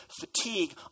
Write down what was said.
fatigue